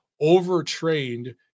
overtrained